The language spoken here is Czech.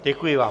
Děkuji vám.